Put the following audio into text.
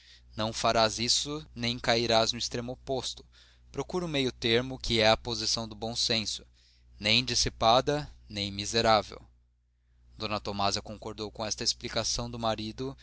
não farás isso nem cairás no extremo oposto procura um meiotermo que é a posição do bom senso nem dissipada nem miserável d tomásia concordou com esta explicação do marido